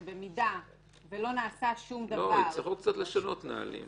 שאם לא נעשה שום דבר --- יצטרכו לשנות קצת את הנהלים.